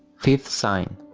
fifth sign.